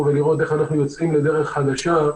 ולראות איך אנחנו יוצאים לדרך חדשה.